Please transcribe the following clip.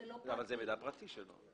זה מידע פרטי שלו.